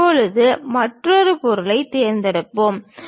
இப்போது மற்றொரு பொருளைத் தேர்ந்தெடுப்போம்